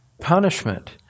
punishment